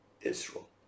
israel